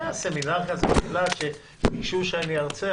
זה היה סמינר כזה, שביקשו שאני ארצה.